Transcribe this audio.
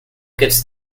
gets